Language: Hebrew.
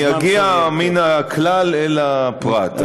אני אגיע מן הכלל אל הפרט,